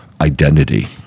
identity